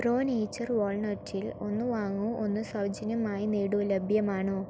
pro Nature വാൾനട്ടിൽ ഒന്ന് വാങ്ങൂ ഒന്ന് സൗജന്യമായി നേടൂ ലഭ്യമാണോ